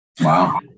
Wow